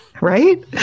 right